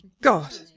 God